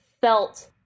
felt